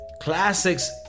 classics